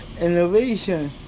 Innovation